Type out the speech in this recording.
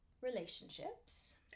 relationships